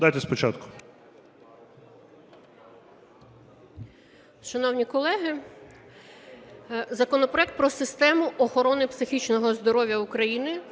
БУЛАХ Л.В. Шановні колеги, законопроект про систему охорони психічного здоров'я в України